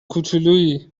کوچولویی